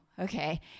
okay